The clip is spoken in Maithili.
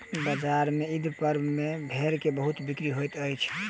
बजार में ईद पर्व में भेड़ के बहुत बिक्री होइत अछि